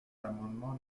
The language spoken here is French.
l’amendement